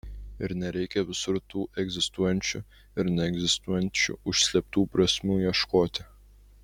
ir nereikia visur tų egzistuojančių ir neegzistuojančių užslėptų prasmių ieškoti